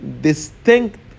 distinct